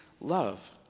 love